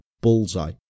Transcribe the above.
Bullseye